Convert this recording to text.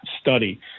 study